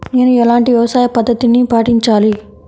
నేను ఎలాంటి వ్యవసాయ పద్ధతిని పాటించాలి?